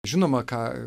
žinoma ką